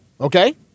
okay